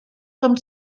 com